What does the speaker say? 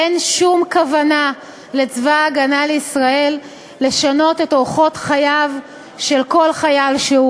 אין שום כוונה לצבא ההגנה לישראל לשנות את אורחות חייו של כל חייל שהוא,